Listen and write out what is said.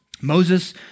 Moses